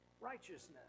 righteousness